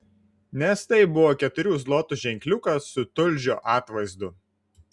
nes tai buvo keturių zlotų ženkliukas su tulžio atvaizdu